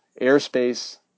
airspace